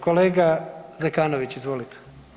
Kolega Zekanović, izvolite.